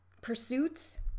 pursuits